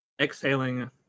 exhaling